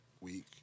week